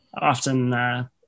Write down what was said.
often